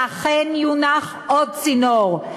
שאכן יונח עוד צינור.